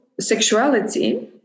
sexuality